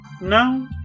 No